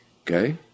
okay